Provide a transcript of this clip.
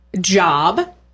job